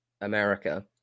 America